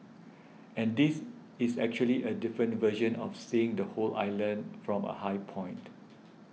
and this is actually a different version of seeing the whole island from a high point